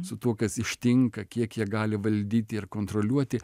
su tuo kas ištinka kiek jie gali valdyti ir kontroliuoti